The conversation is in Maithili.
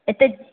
एते